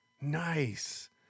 Nice